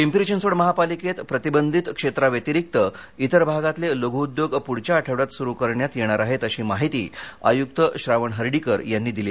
पिंपरी चिंचवड महापालिकेत प्रतिबंधित क्षेत्राव्यतिरिक्त इतर भागातले लघुउद्योग प्ढच्या आठवड्यात सुरू करण्यात येणार आहेत अशी माहिती आयुक्त श्रवण हर्डीकर यांनी दिली